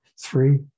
Three